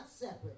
separate